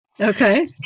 Okay